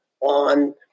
on